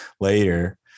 later